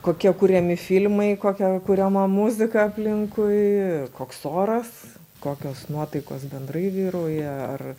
kokie kuriami filmai kokia kuriama muzika aplinkui koks oras kokios nuotaikos bendrai vyrauja ar